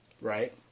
Right